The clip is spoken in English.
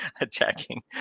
attacking